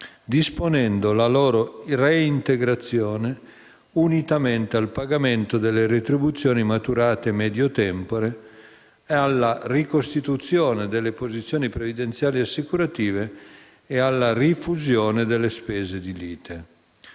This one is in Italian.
disponendo la loro reintegrazione, unitamente al pagamento delle retribuzioni maturate medio tempore, alla ricostituzione delle posizioni previdenziali assicurative e alla rifusione delle spese di lite.